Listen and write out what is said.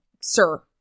sir